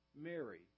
Mary